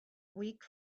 weak